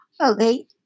Okay